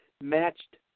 matched